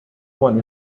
one